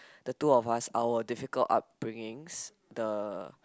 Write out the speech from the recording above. the two of us our difficult upbringings the